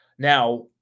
Now